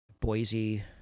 Boise